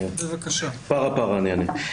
פרה פרה אני אענה.